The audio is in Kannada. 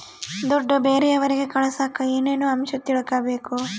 ದುಡ್ಡು ಬೇರೆಯವರಿಗೆ ಕಳಸಾಕ ಏನೇನು ಅಂಶ ತಿಳಕಬೇಕು?